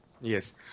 Yes